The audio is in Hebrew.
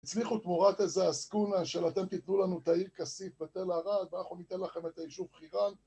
הצליחו תמורת איזה עסקונה של אתם תיתנו לנו ת'עיר כסיף בתל-ערד ואנחנו ניתן לכם את היישוב חירן